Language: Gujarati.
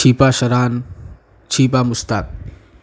શિપા શરાન છીપા મુશ્તાક